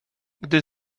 gdy